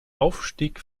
aufstieg